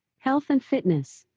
health and fitness,